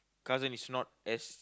cousin is not as